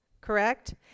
correct